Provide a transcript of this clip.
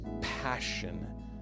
passion